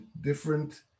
different